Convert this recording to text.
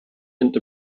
and